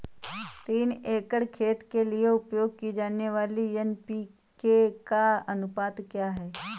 तीन एकड़ खेत के लिए उपयोग की जाने वाली एन.पी.के का अनुपात क्या है?